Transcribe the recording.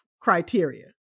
criteria